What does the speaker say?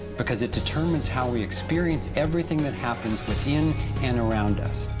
because it determines how we experience everything that happens within and around us.